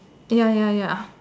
ya ya ya